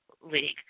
League